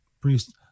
priest